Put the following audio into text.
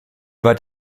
weit